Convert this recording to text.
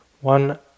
one